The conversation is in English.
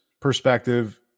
perspective